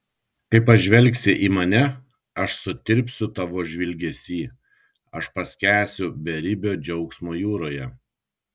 kai pažvelgsi į mane aš sutirpsiu tavo žvilgesy aš paskęsiu beribio džiaugsmo jūroje